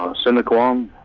um sinequan,